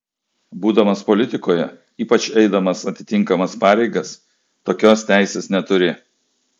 būdamas politikoje ypač eidamas atitinkamas pareigas tokios teisės neturi